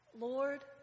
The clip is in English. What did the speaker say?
Lord